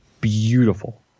Beautiful